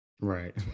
Right